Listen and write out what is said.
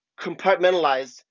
compartmentalized